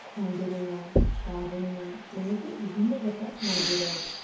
ଖଣ୍ଡୁରୀ ମା' ତାରିଣୀ ମା' ଏମିତି ବିଭିନ୍ନ ପ୍ରକାର ମନ୍ଦିର ଅଛି